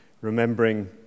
remembering